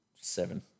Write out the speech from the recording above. seven